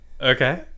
okay